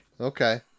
Okay